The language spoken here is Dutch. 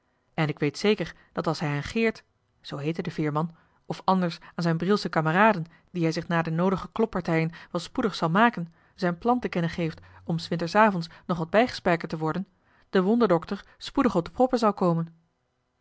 en ik weet zeker dat als hij aan geert zoo heette de veerman of anders aan z'n brielsche kameraden die hij zich na de noodige kloppartijen wel spoedig joh h been paddeltje de scheepsjongen van michiel de ruijter zal maken zijn plan te kennen geeft om s winters avonds nog wat bijgespijkerd te worden de wonderdokter spoedig op de proppen zal komen